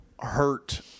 hurt